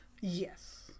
yes